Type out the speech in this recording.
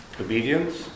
Obedience